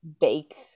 bake